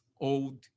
old